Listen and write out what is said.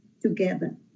together